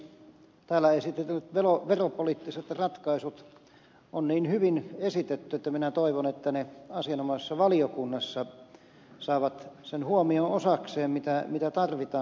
täällä esitetyt veropoliittiset ratkaisut on niin hyvin esitetty että minä toivon että ne asianomaisessa valiokunnassa saavat sen huomion osakseen mitä tarvitaan